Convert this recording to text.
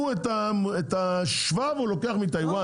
את השבב לוקחים מטאיוואן.